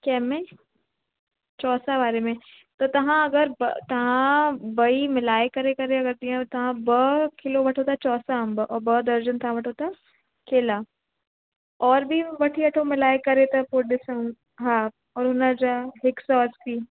कंहिं में चौसा वारे में त तव्हां अगरि ॿ तव्हां ॿई मिलाए करे करे अगरि जीअं तव्हां ॿ किलो वठो था चौसा अंब ऐं ॿ दर्जन तव्हां वठो था केला और बि वठी वठो मिलाए करे त पोइ ॾिसऊं हा और हुन जा हिकु सौ असी